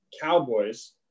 Cowboys